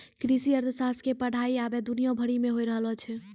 कृषि अर्थशास्त्र के पढ़ाई अबै दुनिया भरि मे होय रहलो छै